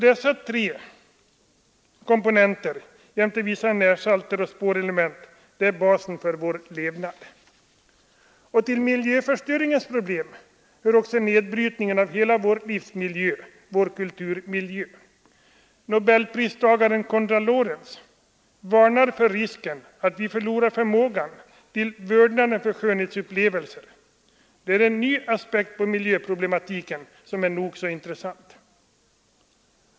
Dessa tre komponenter jämte vissa närsalter och spårelement är basen för vår levnad. Till miljöförstöringens problem hör också nedbrytningen av hela vår livsmiljö — vår kulturmiljö. Nobelpristagaren Konrad Lorenz varnar för risken att vi förlorar förmågan till vördnad för skönhetsupplevelser. Det är en ny aspekt på miljöproblematiken, som är nog så intressant.